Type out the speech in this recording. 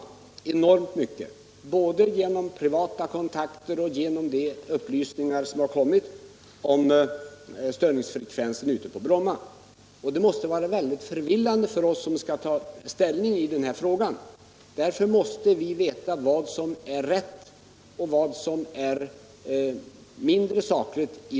Det är upplysningar som vi har fått genom privata kontakter och uppgifter om störningsfrekvensen ute på Bromma. Det gör att bilden för oss som skall ta ställning i den här frågan är förvillande. Därför måste vi veta vad som är rätt och vad som är mindre sakligt.